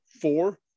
four